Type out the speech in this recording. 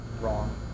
wrong